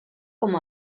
com